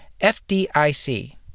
FDIC